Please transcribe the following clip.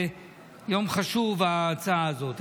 זה יום חשוב, ההצעה הזאת.